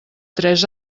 tres